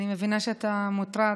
אני מבינה שאתה מוטרד.